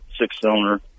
six-cylinder